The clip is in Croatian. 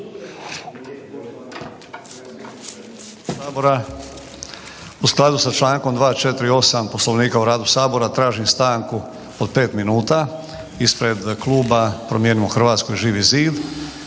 u skladu sa čl. 248. Poslovnika o radu Sabora tražim stanku od 5 minuta ispred kluba Promijenimo Hrvatsku i Živi zid